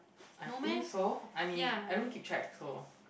I think so I mean I don't keep track so